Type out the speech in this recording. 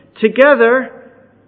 Together